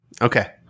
Okay